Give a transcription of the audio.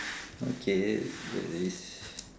okay